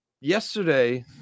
yesterday